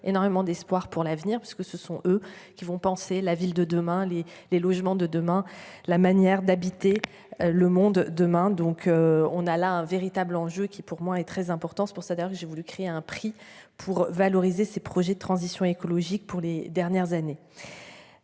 énormément d'espoir pour l'avenir parce que ce sont eux qui vont penser la ville de demain les les logements de demain. La manière d'habiter le monde demain. Donc on a là un véritable enjeu qui pour moi est très important, c'est pour ça d'ailleurs que j'ai voulu créer un prix pour valoriser ses projets de transition écologique pour les dernières années.